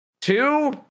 two